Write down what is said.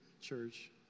church